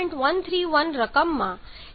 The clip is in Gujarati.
131 રકમમાં 1